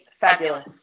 Fabulous